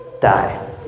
die